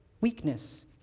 weakness